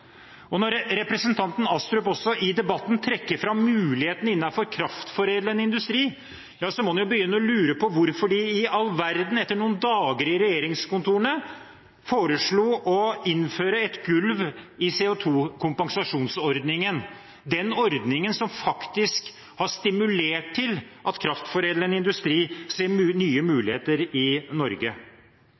det. Når representanten Astrup i debatten også trekker fram muligheten innenfor kraftforedlende industri, må man jo begynne å lure på hvorfor i all verden de etter noen dager i regjeringskontorene foreslo å innføre et gulv i CO2-kompensasjonsordningen – den ordningen som faktisk har stimulert til at kraftforedlende industri ser nye muligheter i Norge.